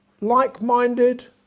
like-minded